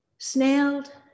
Snailed